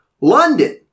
London